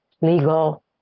legal